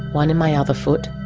one in my other foot,